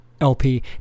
LP